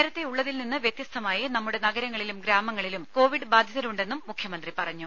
നേരത്തെയുള്ളതിൽ നിന്ന് വ്യത്യസ്തമായി നമ്മുടെ നഗരങ്ങളിലും ഗ്രാമങ്ങളിലും കോവിഡ് ബാധിതരുണ്ടെന്നും മുഖ്യമന്ത്രി പറഞ്ഞു